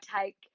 take